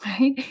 right